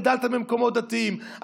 גדלת במקומות דתיים,